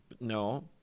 No